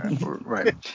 Right